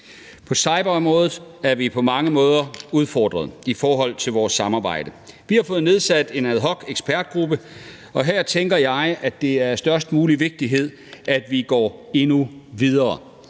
På cyberområdet er vi på mange måder udfordret i forhold til vores samarbejde. Vi har fået nedsat en ad hoc-ekspertgruppe, og her tænker jeg, at det er af størst mulig vigtighed, at vi går endnu videre.